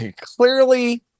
clearly